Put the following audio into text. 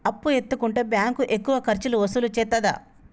అప్పు ఎత్తుకుంటే బ్యాంకు ఎక్కువ ఖర్చులు వసూలు చేత్తదా?